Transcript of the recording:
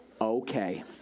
okay